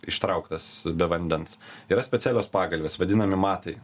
ištrauktas be vandens yra specialios pagalvės vadinami matai